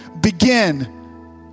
begin